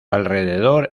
alrededor